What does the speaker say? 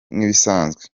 nk’ibisanzwe